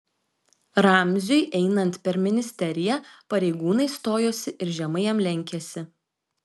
ramziui einant per ministeriją pareigūnai stojosi ir žemai jam lenkėsi